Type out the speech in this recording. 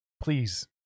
please